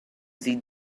see